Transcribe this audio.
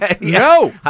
no